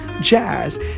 Jazz